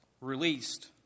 released